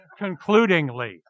Concludingly